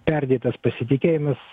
perdėtas pasitikėjimas